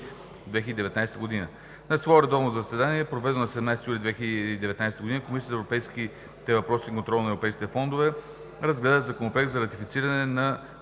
2019 г. На свое редовно заседание, проведено на 17 юли 2019 г., Комисията по европейските въпроси и контрол на европейските фондове разгледа Законопроект за ратифициране на